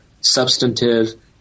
substantive